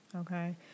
Okay